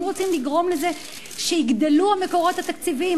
אם רוצים לגרום לזה שיגדלו המקורות התקציביים,